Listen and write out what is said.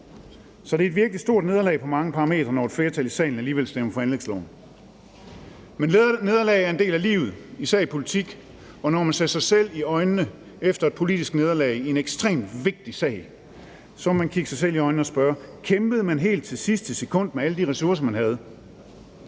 Så det er et virkelig stort nederlag på mange parametre, når et flertal i salen alligevel stemmer for anlægsloven. Men nederlag er en del af livet, især i politik, og når man ser sig selv i øjnene efter et politisk nederlag i en ekstremt vigtig sag, må man spørge: Kæmpede man helt til sidste sekund med alle de ressourcer, man havde?